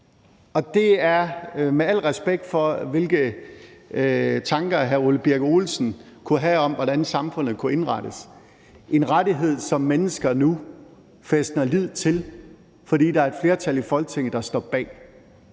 Og det er – med al respekt for, hvilke tanker hr. Ole Birk Olesen kunne have om, hvordan samfundet kunne indrettes – en rettighed, som mennesker nu fæstner lid til, fordi der er et flertal i Folketinget, der står bag.